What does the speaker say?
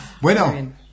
Bueno